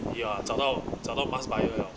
ya 找到找到 mask buyer liao